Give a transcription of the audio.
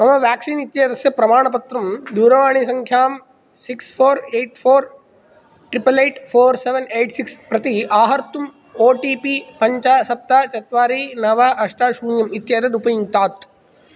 मम व्याक्सीन् इत्येतस्य प्रमाणपत्रं दूरवाणीसङ्ख्यां six four eight four triple eight four seven eight six प्रति आहर्तुम् ओ टि पि पञ्च सप्त चत्वारि नव अष्ट शून्यम् इत्येतत् उपयुङ्क्तात्